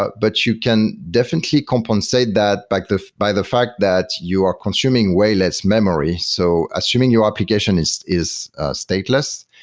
but but you can definitely compensate that by the by the fact that you are consuming way less memory. so assuming your application is is stateless,